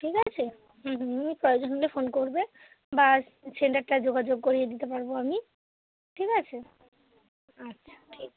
ঠিক আছে হুম হুম প্রয়োজন হলে ফোন করবে বা সেন্টারটায় যোগাযোগ করিয়ে দিতে পারবো আমি ঠিক আছে আচ্ছা ঠিক